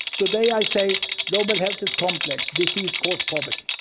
today i say global health is complex, disease causes poverty.